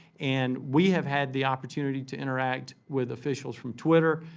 and we have had the opportunity to interact with officials from twitter,